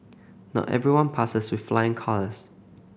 not everyone passes with flying colours